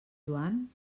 joan